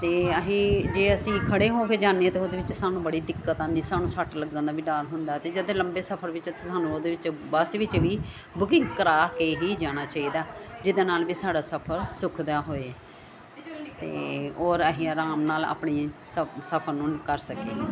ਅਤੇ ਇਹੀ ਜੇ ਅਸੀਂ ਖੜ੍ਹੇ ਹੋ ਕੇ ਜਾਂਦੇ ਹਾਂ ਤਾਂ ਉਹਦੇ ਵਿੱਚ ਸਾਨੂੰ ਬੜੀ ਦਿੱਕਤ ਆਉਂਦੀ ਸਾਨੂੰ ਸੱਟ ਲੱਗਣ ਦਾ ਵੀ ਡਰ ਹੁੰਦਾ ਅਤੇ ਜਦੇ ਲੰਬੇ ਸਫਰ ਵਿੱਚ ਸਾਨੂੰ ਉਹਦੇ ਵਿੱਚ ਬੱਸ ਵਿੱਚ ਵੀ ਬੁਕਿੰਗ ਕਰਾ ਕੇ ਹੀ ਜਾਣਾ ਚਾਹੀਦਾ ਜਿਹਦੇ ਨਾਲ ਵੀ ਸਾਡਾ ਸਫਰ ਸੁੱਖ ਦਾ ਹੋਏ ਅਤੇ ਔਰ ਅਸੀਂ ਆਰਾਮ ਨਾਲ ਆਪਣੀ ਸ ਸਫਰ ਨੂੰ ਕਰ ਸਕੀਏ